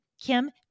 Kim